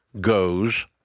goes